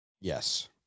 Yes